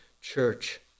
church